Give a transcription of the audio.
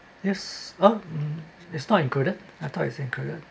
yes uh mm it's not included I thought it's included